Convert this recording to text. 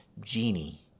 genie